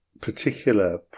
particular